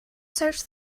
search